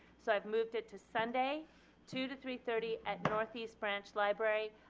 so i moved it to sunday two to three thirty at northeast branch library.